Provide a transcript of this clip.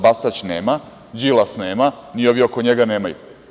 Bastać nema, Đilas nema, ni ovi oko nemaju.